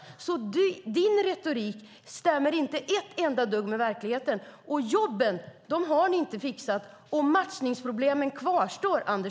Din retorik stämmer inte ett enda dugg med verkligheten, Anders Borg. Ni har inte fixat jobben, och matchningsproblemen kvarstår.